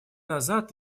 назад